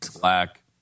black